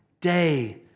day